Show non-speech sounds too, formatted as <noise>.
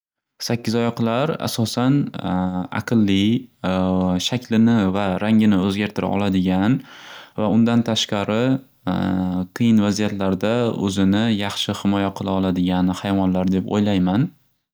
Sakkizoyoqlar asosan aqilli <hesitation> shaklini va rangini o'zgartira oladigan va undan tashqari <hesitation> qiyin vaziyatlarda o'zini yaxshi ximoya qila oladigan hayvonlar deb o'ylayman.